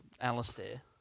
Alistair